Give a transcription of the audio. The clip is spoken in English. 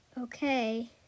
Okay